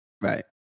right